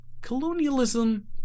Colonialism